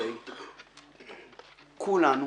כולנו